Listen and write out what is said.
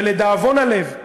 ולדאבון הלב,